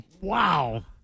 Wow